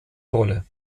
rolle